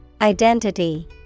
Identity